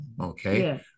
okay